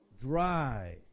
dry